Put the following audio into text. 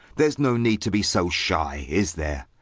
there's no need to be so shy, is there?